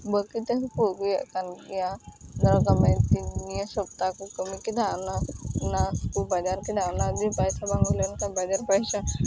ᱵᱟᱹᱠᱤ ᱛᱮᱦᱚᱸ ᱠᱚ ᱟᱹᱜᱩᱭᱮᱫ ᱠᱟᱱ ᱜᱮᱭᱟ ᱫᱷᱚᱨᱚ ᱠᱟᱜ ᱢᱮ ᱱᱤᱭᱟᱹ ᱥᱚᱯᱛᱟᱦᱚ ᱠᱟᱹᱢᱤ ᱠᱮᱫᱟ ᱚᱱᱟ ᱚᱱᱟ ᱠᱚ ᱵᱟᱡᱟᱨ ᱠᱮᱫᱟ ᱚᱱᱟ ᱜᱮ ᱯᱟᱨᱥᱟ ᱵᱟᱝ ᱦᱩᱭᱞᱮᱱ ᱠᱷᱟᱱ ᱵᱟᱡᱟᱨ ᱯᱟᱭᱥᱟ